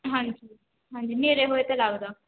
ਹਾਂਜੀ ਹਾਂਜੀ ਹਨੇਰੇ ਹੋਏ 'ਤੇ ਲੱਗਦਾ